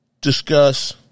discuss